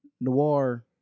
Noir